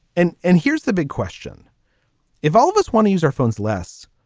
and and here's the big question if all of us want to use our phones less.